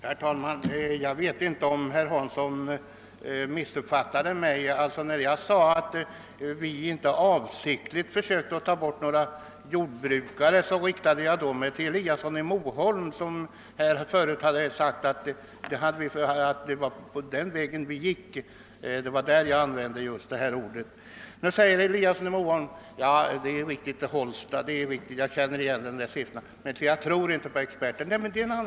Herr talman! Jag vet inte om herr Hansson i Skegrie missuppfattade mig. När jag sade att vi inte avsiktligt försökte ta bort några jordbrukare riktade jag mig till herr Eliasson i Moholm, som här tidigare hade yttrat, att det var den vägen vi gick. Nu säger herr Eliasson i Moholm: Ja, det är riktigt, jag känner igen de där siffrorna, men jag tror inte på experter.